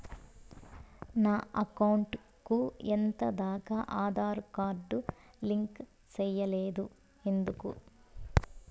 నా అకౌంట్ కు ఎంత దాకా ఆధార్ కార్డు లింకు సేయలేదు ఎందుకు